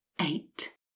eight